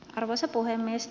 arvoisa puhemies